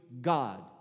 God